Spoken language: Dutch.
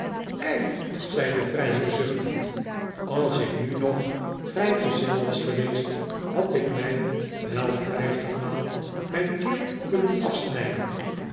kijk zei de vrijheer zuchtend als ik nu nog vrijgezel was geweest had ik mij wel vijftigmaal mijn keel kunnen afsnijden